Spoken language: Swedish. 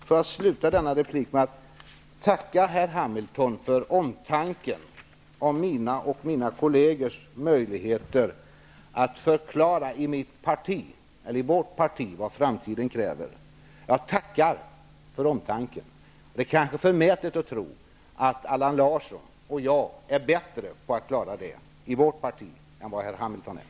Som avslutning på denna replik vill jag även tacka Carl B. Hamilton för omtanken om mina och mina kollegers möjligheter till att i vårt parti förklara vad som kommer att krävas i framtiden. Det är kanske förmätet att tro att Allan Larsson och jag är bättre på att klara av den uppgiften i vårt parti än Carl B.